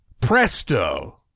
Presto